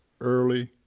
early